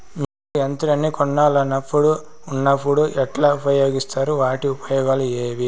మీరు యంత్రాన్ని కొనాలన్నప్పుడు ఉన్నప్పుడు ఎట్లా ఉపయోగిస్తారు వాటి ఉపయోగాలు ఏవి?